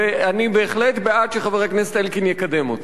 ואני בהחלט בעד שחבר הכנסת אלקין יקדם אותו.